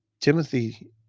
Timothy